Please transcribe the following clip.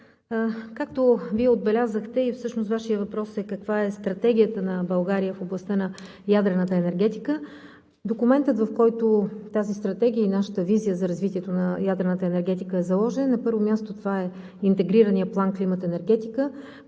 както Вие отбелязахте и всъщност Вашият въпрос е: каква е Стратегията на България в областта на ядрената енергетика? Документът, в който тази стратегия и нашата визия за развитието на ядрената енергетика е заложена, на първо място е Интегрираният план „Климат – енергетика“,